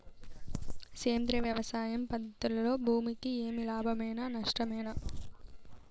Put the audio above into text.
సేంద్రియ వ్యవసాయం పద్ధతులలో భూమికి ఏమి లాభమేనా వస్తుంది?